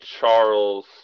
Charles